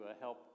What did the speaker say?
help